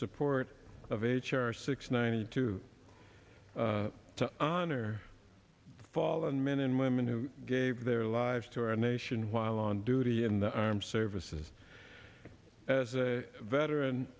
support of h r six ninety two to honor fallen men and women who gave their lives to our nation while on duty in the armed services as a veteran